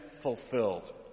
fulfilled